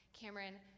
Cameron